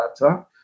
data